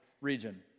region